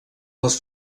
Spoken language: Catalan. les